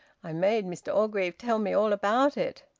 i made mr orgreave tell me all about it.